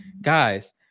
guys